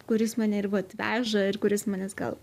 kuris mane ir vat veža ir kuris manęs gal